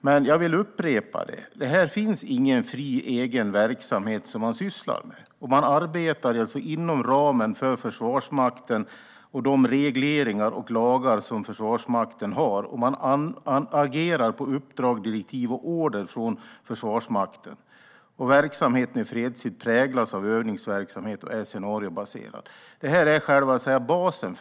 Men jag vill upprepa att här sysslar man inte med någon fri, egen verksamhet. Man arbetar inom ramen för Försvarsmakten och de regleringar och lagar som Försvarsmakten har, och man agerar på uppdrag, direktiv och order från Försvarsmakten. Verksamheten i fredstid präglas av övningsverksamhet och är scenariobaserad. Det här är själva basen.